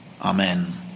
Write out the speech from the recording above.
Amen